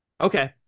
okay